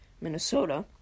Minnesota